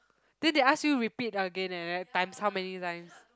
then they ask you repeat again leh times how many times